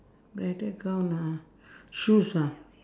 bridal gown ah shoes ah